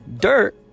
dirt